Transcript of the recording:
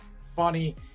funny